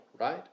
right